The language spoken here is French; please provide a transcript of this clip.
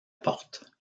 porte